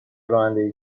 رانندگی